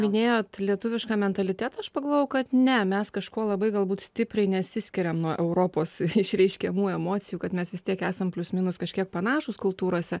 minėjot lietuvišką mentalitetą aš pagalvojau kad ne mes kažkuo labai galbūt stipriai nesiskiriam nuo europos išreiškiamų emocijų kad mes vis tiek esam plius minus kažkiek panašūs kultūrose